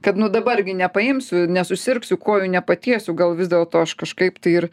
kad nu dabar gi nepaimsiu nesusirgsiu kojų nepatiesiu gal vis dėlto aš kažkaip tai ir